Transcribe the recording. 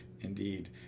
indeed